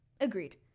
Agreed